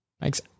Makes